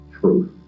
Truth